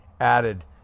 added